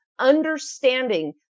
Understanding